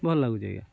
ଭଲ ଲାଗୁଛି ଆଜ୍ଞା